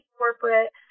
corporate